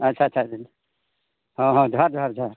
ᱟᱪᱪᱷᱟ ᱟᱪᱪᱷᱟ ᱦᱮᱸ ᱦᱮᱸ ᱡᱚᱦᱟᱨ ᱡᱚᱦᱟᱨ